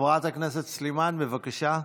חברת הכנסת סלימאן, בבקשה.